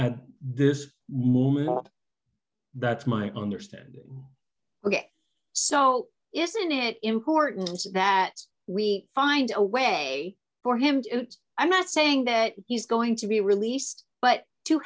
movement that's my understanding ok so isn't it important that we find a way for him to i'm not saying that he's going to be released but to